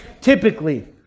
typically